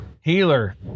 healer